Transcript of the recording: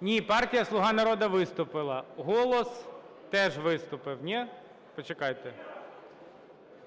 Ні, партія "Слуга народу" виступила, "Голос" теж виступив. Ні? Почекайте.